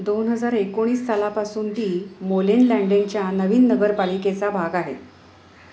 दोन हजार एकोणीस सालापासून ती मोलेनलँडेनच्या नवीन नगरपालिकेचा भाग आहे